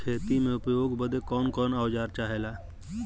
खेती में उपयोग बदे कौन कौन औजार चाहेला?